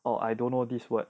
oh I don't know this word